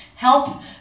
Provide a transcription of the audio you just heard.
help